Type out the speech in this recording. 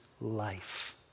life